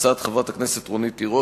הצעת חברת הכנסת רונית תירוש,